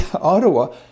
Ottawa